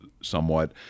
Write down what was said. somewhat